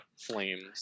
flames